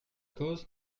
cause